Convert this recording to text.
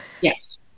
Yes